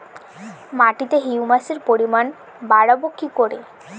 মাটিতে হিউমাসের পরিমাণ বারবো কি করে?